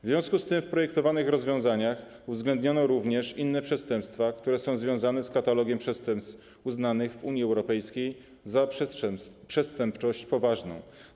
W związku z tym w projektowanych rozwiązaniach uwzględniono również inne przestępstwa, które są związane z katalogiem przestępstw uznanych w Unii Europejskiej za przestępczość poważną.